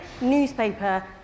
newspaper